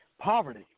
Poverty